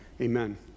amen